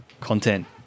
content